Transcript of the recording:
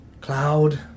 Cloud